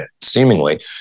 seemingly